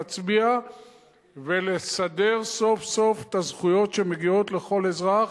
להצביע ולסדר סוף-סוף את הזכויות שמגיעות לכל אזרח,